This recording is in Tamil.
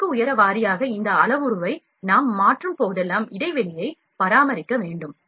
அடுக்கு உயர வாரியாக இந்த அளவுருவை நாம் மாற்றும்போதெல்லாம் இடைவெளியையும் பராமரிக்க வேண்டும்